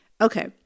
Okay